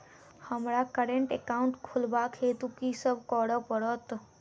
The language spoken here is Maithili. हमरा करेन्ट एकाउंट खोलेवाक हेतु की सब करऽ पड़त?